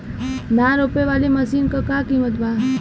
धान रोपे वाली मशीन क का कीमत बा?